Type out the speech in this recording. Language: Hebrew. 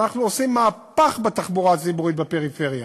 אנחנו עושים מהפך בתחבורה הציבורית בפריפריה.